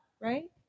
right